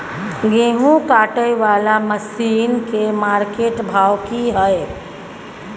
गेहूं काटय वाला मसीन के मार्केट भाव की हय?